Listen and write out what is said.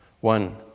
one